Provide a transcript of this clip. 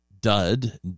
Dud